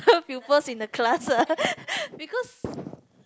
pupils in the classes because